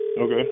Okay